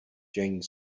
jane